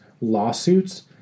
lawsuits